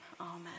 amen